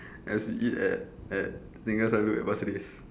as we eat at at singgah selalu at pasir ris